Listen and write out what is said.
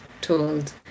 told